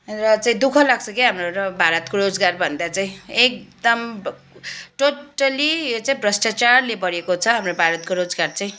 र चाहिँ दु ख लाग्छ क्या हाम्रो भारतको रोजगार भन्दा चाहिँ एकदम टोट्टली यो चाहिँ भ्रष्टचारले भरेको छ हाम्रो भारतको रोजगार चाहिँ